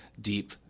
deep